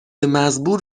مزبور